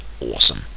Awesome